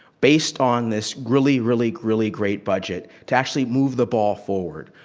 based on this really, really, really great budget to actually move the ball forward.